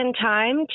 time